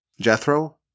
Jethro